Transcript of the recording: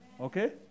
Okay